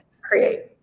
create